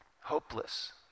Hopeless